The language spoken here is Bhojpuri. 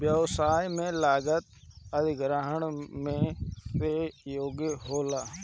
व्यवसाय में लागत अधिग्रहण में से एगो होला